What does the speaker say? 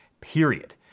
period